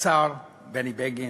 השר בני בגין,